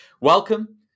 Welcome